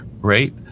right